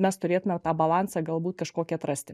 mes turėtume tą balansą galbūt kažkokį atrasti